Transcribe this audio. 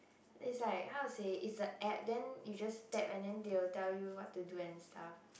is like how to say is a app then you just tap and then they will tell you what to do and stuff